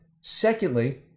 Secondly